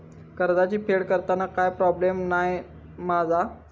कर्जाची फेड करताना काय प्रोब्लेम नाय मा जा?